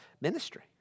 ministry